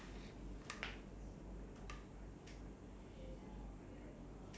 ya that's why lah I thought this one could have end earlier so I can go and eat